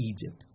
Egypt